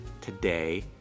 today